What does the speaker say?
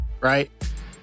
right